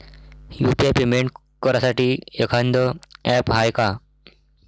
UPI payment करासाठी एखांद app हाय का?